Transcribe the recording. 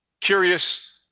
curious